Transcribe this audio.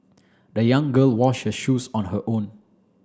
the young girl washed her shoes on her own